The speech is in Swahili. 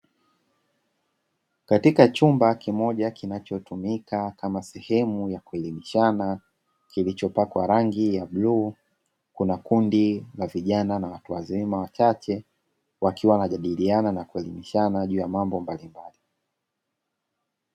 Katika chumba kimoja kinachotumika kama sehemu ya kuelimishana kilichopakwa rangi ya bluu, kuna kundi la vijana na watu wazima wachache wakiwa wanajadiliana na kuelimishana juu ya mambo mbalimbali.